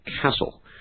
Castle